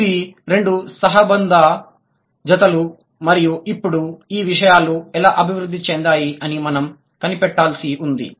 ఇవి రెండు సహసంబంధ జతలు మరియు ఇప్పుడు ఈ విషయాలు ఎలా అభివృద్ధి చెందాయి అని మనం కనిపెట్టాల్సి ఉంది